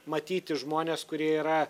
matyti žmones kurie yra